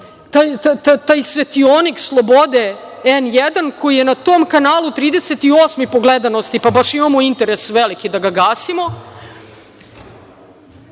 taj svetionik slobode „N1“ koji je na tom kanalu 38. po gledanosti, pa baš imamo interes veliki da ga gasimo. Dakle,